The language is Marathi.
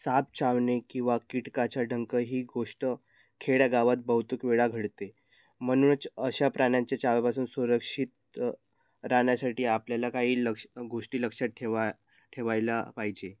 साप चावणे किंवा कीटकाचं डंख ही गोष्ट खेड्यागावात बहुतेक वेळा घडते म्हणूनच अशा प्राण्यांच्या चावेपासून सुरक्षित राहण्यासाठी आपल्याला काही लक्ष गोष्टी लक्षात ठेवा ठेवायला पाहिजे